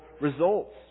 results